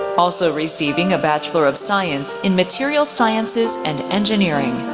also receiving a bachelor of science in material sciences and engineering.